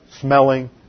smelling